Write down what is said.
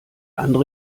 andere